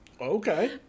Okay